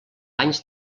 anys